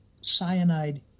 cyanide